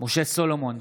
משה סולומון,